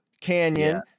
canyon